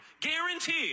guaranteed